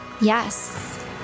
Yes